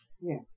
yes